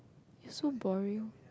you're so boring